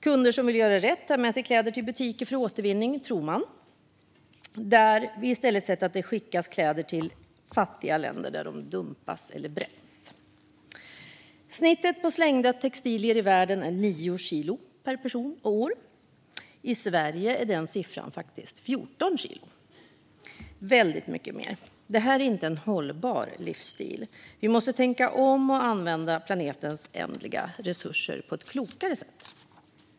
Kunder som vill göra rätt tar med sig kläder till butiker för återvinning - tror de. I stället har vi sett att kläderna skickas till fattiga länder där de dumpas eller bränns. Snittet för slängda textilier i världen är 9 kilo per person och år. I Sverige är den siffran 14 kilo - väldigt mycket mer. Det här är inte en hållbar livsstil. Vi måste tänka om och använda planetens ändliga resurser på ett klokare sätt.